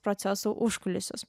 proceso užkulisius